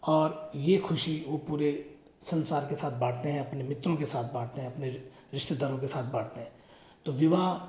और ये ख़ुशी वो पूरे संसार के साथ बाटते हैं अपने मित्रों के साथ बाटते हैं अपने रिश्तेदारों के साथ बाटते हैं तो विवाह